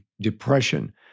depression